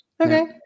Okay